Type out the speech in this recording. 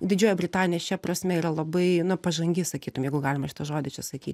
didžioji britanija šia prasme yra labai na pažangi sakytum jeigu galima šitą žodį čia sakyt